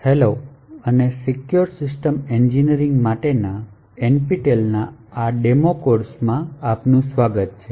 hello અને secure system engineering માટેના NPTEL ના આ ડેમો કોર્સમાં આપનું સ્વાગત છે